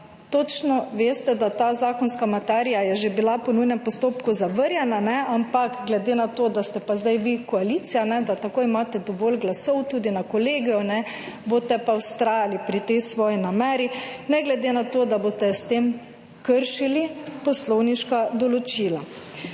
točno veste, da ta zakonska materija je že bila po nujnem postopku zavrnjena, ampak glede na to, da ste pa zdaj vi koalicija, da tako imate dovolj glasov tudi na kolegiju boste pa vztrajali pri tej svoji nameri, ne glede na to, da boste s tem kršili poslovniška določila.